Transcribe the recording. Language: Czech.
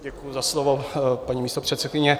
Děkuji za slovo, paní místopředsedkyně.